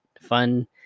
fun